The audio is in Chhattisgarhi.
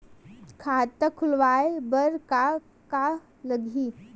खाता खुलवाय बर का का लगही?